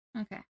Okay